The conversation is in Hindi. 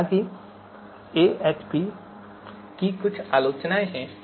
हालाँकि AHP की कुछ आलोचनाएँ हैं